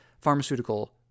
pharmaceutical